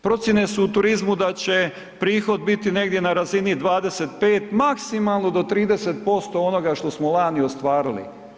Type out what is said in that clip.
Procjene su u turizmu da će prihod biti negdje na razini 25, maksimalno do 30% onoga što smo lani ostvarili.